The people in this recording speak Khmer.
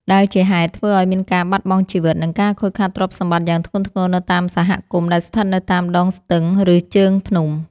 ដែលជាហេតុធ្វើឱ្យមានការបាត់បង់ជីវិត និងការខូចខាតទ្រព្យសម្បត្តិយ៉ាងធ្ងន់ធ្ងរនៅតាមសហគមន៍ដែលស្ថិតនៅតាមដងស្ទឹង ឬជើងភ្នំ។